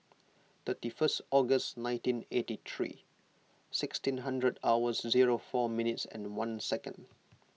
thirty first August nineteen eighty three sixteen hundred hours zero four minutes and one second